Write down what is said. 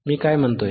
मी काय म्हणतोय